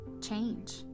change